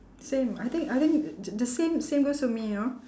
same I think I think the the same same goes to me you know